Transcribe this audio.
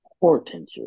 Portentous